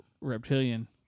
reptilian